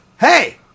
hey